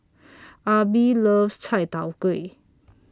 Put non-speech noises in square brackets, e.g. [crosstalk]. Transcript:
[noise] Arbie loves Chai Tow Kway